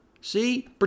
See